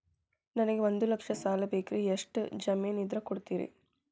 ನನಗೆ ಒಂದು ಲಕ್ಷ ಸಾಲ ಬೇಕ್ರಿ ಎಷ್ಟು ಜಮೇನ್ ಇದ್ರ ಕೊಡ್ತೇರಿ?